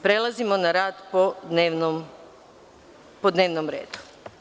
Prelazimo na rad po dnevnom redu.